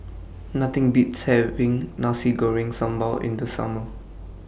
Nothing Beats having Nasi Goreng Sambal in The Summer